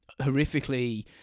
horrifically